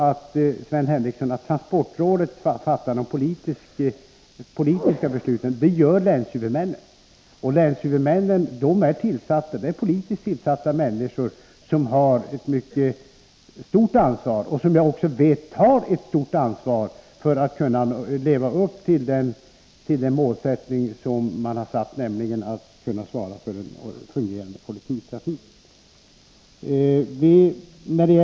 Det är ju inte så, Sven Henricsson, att transportrådet fattar de politiska besluten, utan det gör länshuvudmännen, och de leds av politiskt tillsatta personer som har ett mycket stort ansvar och som jag också vet tar ett stort ansvar för att uppnå den målsättning som man har satt, nämligen att kunna svara för en fungerande kollektivtrafik.